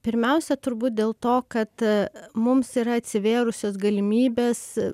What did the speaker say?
pirmiausia turbūt dėl to kad mums yra atsivėrusios galimybės